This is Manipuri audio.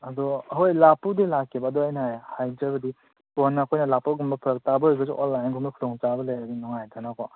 ꯑꯗꯣ ꯍꯣꯏ ꯂꯥꯛꯄꯨꯗꯤ ꯂꯥꯛꯀꯦꯕ ꯑꯗꯣ ꯑꯩꯅ ꯍꯥꯏꯖꯕꯗꯤ ꯀꯣꯟꯅ ꯑꯩꯈꯣꯏꯅ ꯂꯥꯛꯄꯒꯨꯝꯕ ꯐꯔꯛ ꯇꯥꯕ ꯂꯩꯔꯒꯁꯨ ꯑꯣꯟꯂꯥꯏꯟꯒꯨꯝꯕ ꯈꯨꯗꯣꯡ ꯆꯥꯕ ꯂꯩꯔꯗꯤ ꯅꯨꯡꯉꯥꯏꯗꯅꯀꯣ